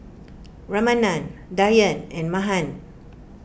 Ramanand Dhyan and Mahan